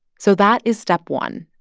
so that is step one.